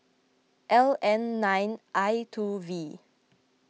L N nine I two V